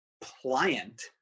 pliant